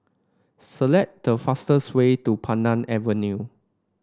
select the fastest way to Pandan Avenue